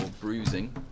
bruising